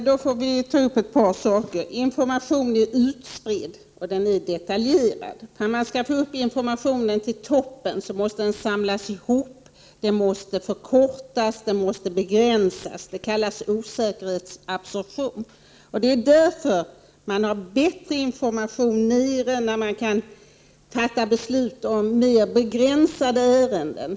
Herr talman! Jag vill då ta upp ett par saker. Informationen är utspridd och detaljerad. För att man skall få upp informationen till toppen, måste den samlas ihop, förkortas och begränsas. Det kallas osäkerhetsabsorption. Det Prot. 1988/89:122 är därför man har bättre information nere på lägre nivå när man kan fatta 26 maj 1989 beslut om mer begränsade ärenden.